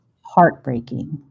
heartbreaking